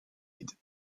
side